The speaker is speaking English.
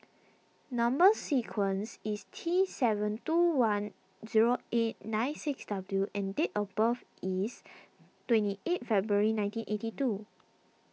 Number Sequence is T seven two one zero eight nine six W and date of birth is twenty eight February nineteen eighty two